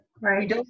right